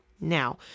Now